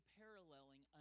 paralleling